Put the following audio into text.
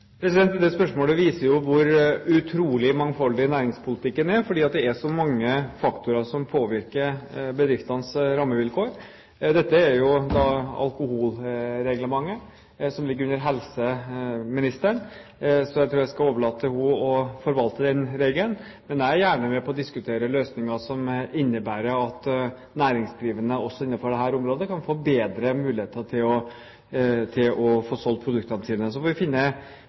dette? Det spørsmålet viser jo hvor utrolig mangfoldig næringspolitikken er, for det er så mange faktorer som påvirker bedriftenes rammevilkår. Dette gjelder jo alkoholreglementet, som ligger under helseministeren. Jeg tror jeg skal overlate til henne å forvalte den regelen, men jeg er gjerne med på å diskutere løsninger som innebærer at næringsdrivende også innenfor dette området kan få bedre muligheter til å selge produktene sine. Så får vi finne